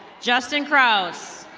justin kraus.